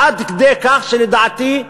עד כדי כך שלדעתי,